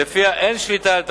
שלפיה אין שליטה על תאגיד-הבת,